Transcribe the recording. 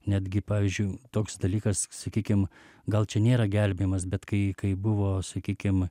netgi pavyzdžiui toks dalykas sakykim gal čia nėra gelbėjimas bet kai kai buvo sakykim